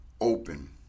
open